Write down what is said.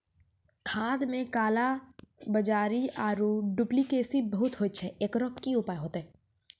खाद मे काला कालाबाजारी आरु डुप्लीकेसी बहुत होय छैय, एकरो की उपाय होते?